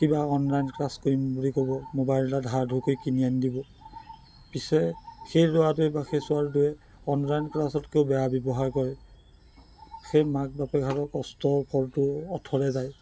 কিবা online class কৰিম বুলি ক'ব মোবাইল এটা ধাৰ ধোৰ কৰি কিনি আনি দিব পিছে সেই ল'ৰাটোৱে বা সেই ছোৱালীটোৱে অনলাইন ক্লাছতকৈ বেয়া ব্যৱহাৰ কৰে সেই মাক বাপেকহালৰ কষ্টটো অথলে যায়